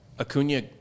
Acuna